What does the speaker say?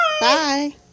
Bye